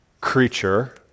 creature